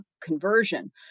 conversion